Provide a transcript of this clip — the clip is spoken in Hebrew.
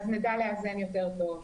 נדע לאזן יותר טוב.